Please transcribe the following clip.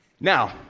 now